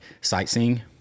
sightseeing